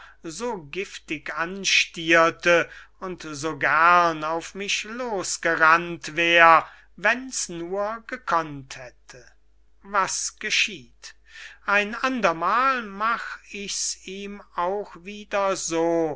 so giftig anstierte und so gern auf mich losgerannt wär wenn's nur gekonnt hätte was geschieht ein andermal mach ich's ihm auch wieder so